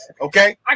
okay